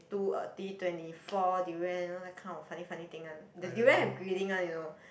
two um D twenty four durian you know that kind of funny funny thing one the durian have grading one you know